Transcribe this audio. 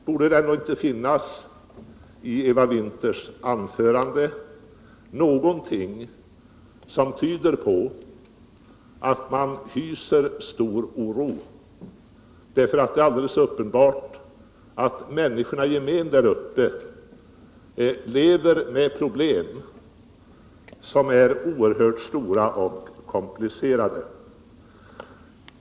Borde det ändå inte i Eva Winthers anförande finnas någonting som tyder på att hon hyser stor oro? Det är ju alldeles uppenbart att människorna i gemen där uppe lever med problem som är oerhört stora och komplicerade.